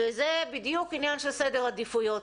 זה בדיוק עניין של סדר עדיפויות.